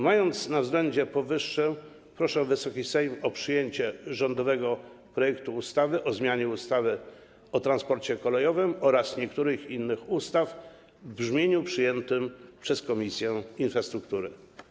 Mając powyższe na względzie, proszę Wysoki Sejm o przyjęcie rządowego projektu ustawy o zmianie ustawy o transporcie kolejowym oraz niektórych innych ustaw w brzmieniu przyjętym przez Komisję Infrastruktury.